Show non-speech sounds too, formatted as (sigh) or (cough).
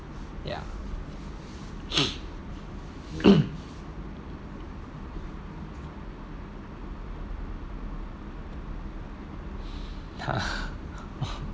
ya (noise) (coughs) (laughs)